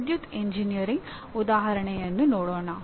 ವಿದ್ಯುತ್ ಎಂಜಿನಿಯರಿಂಗ್ ಉದಾಹರಣೆಯನ್ನು ನೋಡೋಣ